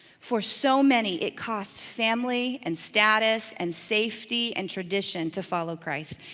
for so many, it costs family, and status, and safety, and tradition to follow christ.